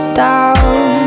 down